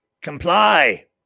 Comply